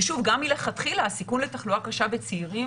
ושוב, גם מלכתחילה הסיכון לתחלואה קשה בצעירים